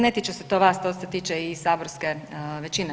Ne tiče se to vas, to se tiče i saborske većine.